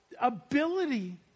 ability